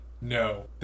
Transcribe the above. no